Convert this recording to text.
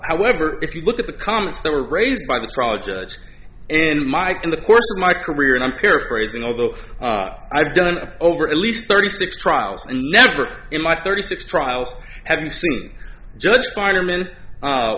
however if you look at the comments that were raised by the project and mike in the course of my career and i'm paraphrasing although i've done over at least thirty six trials and never in my thirty six trials have you seen judge carter men